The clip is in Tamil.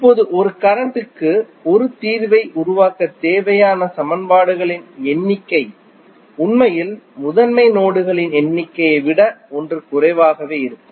இப்போது ஒரு கரண்ட் க்கு ஒரு தீர்வை உருவாக்க தேவையான சமன்பாடுகளின் எண்ணிக்கை உண்மையில் முதன்மை நோடுகளின் எண்ணிக்கையை விட 1 குறைவாகவே இருக்கும்